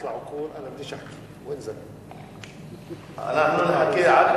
אנחנו נחכה.